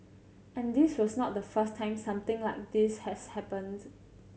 and this was not the first time something like this has happens